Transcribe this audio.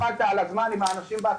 זה שאתה לא הקפדת על הזמן עם האנשים בהתחלה,